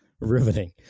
riveting